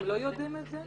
היום הם לא יודעים את זה?